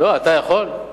אתה יכול?